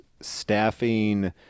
staffing